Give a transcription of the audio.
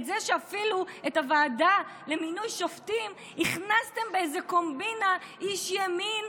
את זה שאפילו את הוועדה למינוי שופטים הכנסתם באיזה קומבינה איש ימין,